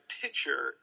picture